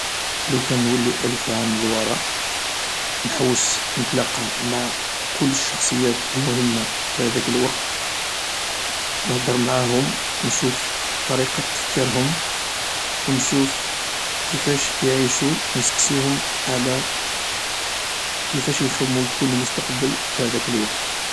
لوكان نولي ألف عام للوراء نحوس نتلاقا مع كل الشخصيات المهمة في هاذاك الوقت، نهدر معاهم و نشوف طريقة تفكيرهم، و نشوف كفاش يعيشو ونسقسيهم على كفاش يخممو يكون المستقبل في هاذاك الوقت.